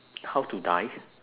how to die